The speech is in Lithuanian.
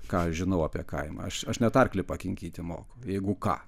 ką aš žinau apie kaimą aš aš net arklį pakinkyti moku jeigu ką